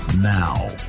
Now